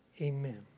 Amen